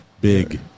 Big